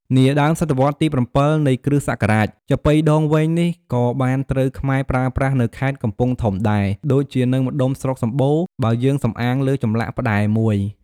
នាដើមសតវត្សរ៍ទី៧ នៃគ្រិស្តសករាជ ចាប៉ីដងវែងនេះក៏បានត្រូវខ្មែរប្រើប្រាស់នៅខេត្តកំពង់ធំដែរ ដូចជានៅម្តុំស្រុកសម្បូរ បើយើងសំអាងលើចម្លាក់ផ្តែរមួយ។